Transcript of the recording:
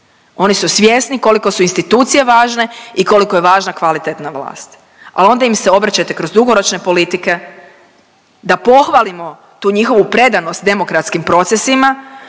Oni su svjesni koliko su institucije važne i koliko je važna kvalitetna vlast, ali onda im se obraćate kroz dugoročne politike da pohvalimo tu njihovu predanost demokratskim procesima,